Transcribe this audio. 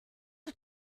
for